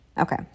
Okay